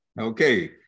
Okay